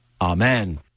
Amen